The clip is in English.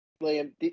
William